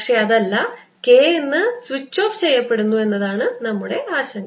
പക്ഷേ അതല്ല K എന്നത് സ്വിച്ച് ഓഫ് ചെയ്യപ്പെടുന്നു എന്നതാണ് നമ്മുടെ ആശങ്ക